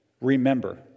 remember